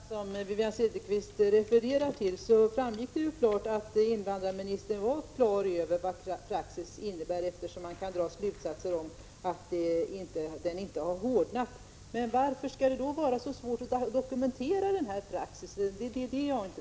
Fru talman! Av det referat som Wivi-Anne Cederqvist hänvisar till framgick det tydligt att invandrarministern var klar över vad praxis innebär, eftersom han kan dra slutsatsen att den inte har hårdnat. Men varför skall det då vara så svårt att dokumentera denna praxis? Det förstår jag inte.